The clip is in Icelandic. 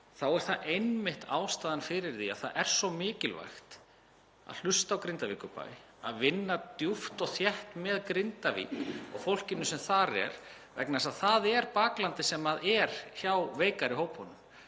þá er það einmitt ástæðan fyrir því að það er svo mikilvægt að hlusta á Grindavíkurbæ, vinna djúpt og þétt með Grindavík og fólkinu sem þar er, vegna þess að það er baklandið hjá veikari hópunum.